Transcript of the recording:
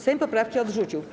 Sejm poprawki odrzucił.